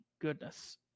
goodness